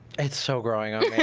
it's so growing on